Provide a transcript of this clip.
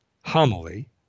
homily